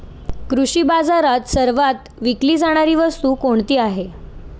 कृषी बाजारात सर्वात विकली जाणारी वस्तू कोणती आहे?